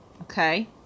okay